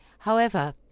however,